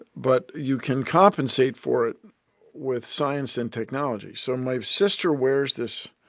but you can compensate for it with science and technology. so my sister wears this